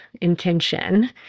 intention